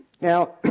Now